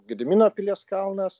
gedimino pilies kalnas